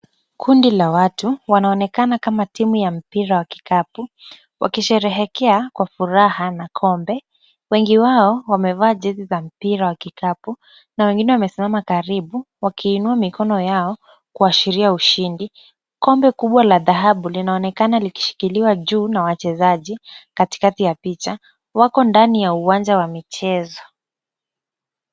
Kundi ya watu wanaonekana kama timu ya mpira wa kikapu wakisherehekea kwa furaha na kombe, wengi wao wamevaa jezi za mpira wa kikapu na wengine wamesimama karibu wakiinua mikono yao kuashiria ushindi. Kombe kubwa la dhahabu linaonekana likishikiliwa juu na wachezaji katikati ya picha, wako ndani ya uwanja wa michezo.